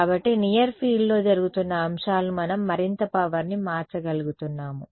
కాబట్టి near field లో జరుగుతున్న అంశాలు మనం మరింత పవర్ ని మార్చగలుగుతున్నాము